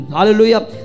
Hallelujah